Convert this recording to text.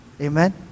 Amen